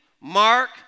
Mark